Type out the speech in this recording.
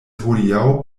hodiaŭ